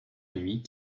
nuit